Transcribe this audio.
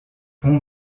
pont